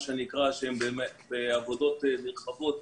שהם בעבודות נרחבות,